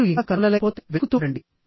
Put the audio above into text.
మీరు ఇంకా కనుగొనలేకపోతేవెతుకుతూ ఉండండి